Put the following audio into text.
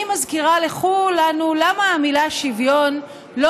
אני מזכירה לכולנו למה המילה "שוויון" לא